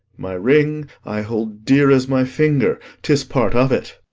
my ring i hold dear as my finger tis part of it.